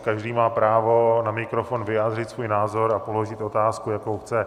Každý má právo na mikrofon vyjádřit svůj názor a položit otázku, jakou chce.